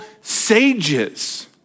sages